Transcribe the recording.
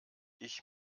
ich